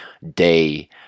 day